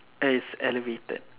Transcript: it's elevated